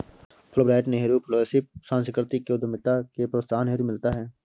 Fulbright Nehru fellowship सांस्कृतिक उद्यमिता के प्रोत्साहन हेतु मिलता है